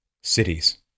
cities